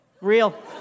real